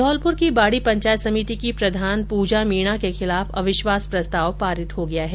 घौलपुर की बाड़ी पंचायत समिति की प्रधान पूजा मीणा के खिलाफ अविश्वास प्रस्ताव पारित हो गया है